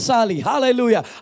Hallelujah